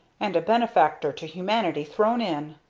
and a benefactor to humanity thrown in.